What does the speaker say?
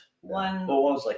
One